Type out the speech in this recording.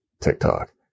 TikTok